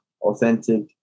authentic